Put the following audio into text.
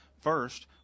First